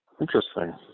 Interesting